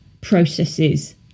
processes